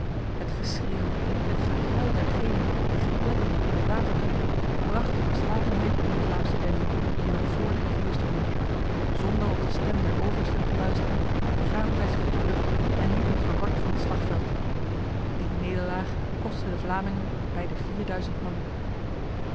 het geschreeuw het gehuil dergenen die gepletterd in het water vielen bracht de verslagenheid onder de vlaamse benden die nog vr de rivier stonden zonder op de stem der oversten te luisteren begaven zij zich op de vlucht en liepen verward van het slagveld die nederlaag kostte de vlamingen bij de vierduizend man